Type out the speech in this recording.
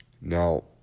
Now